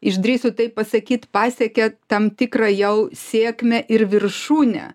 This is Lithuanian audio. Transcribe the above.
išdrįsiu taip pasakyti pasiekė tam tikrą jau sėkmę ir viršūnę